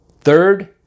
third